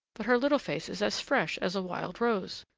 but her little face is as fresh as a wild rose!